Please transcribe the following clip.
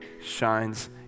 shines